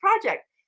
project